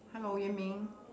hello ye-ming